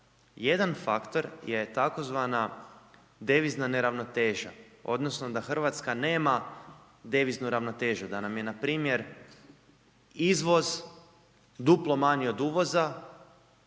Jedan faktor je tzv. devizna neravnoteža odnosno da Hrvatska nema deviznu neravnotežu, da nam je npr. izvoz duplo manji od uvoza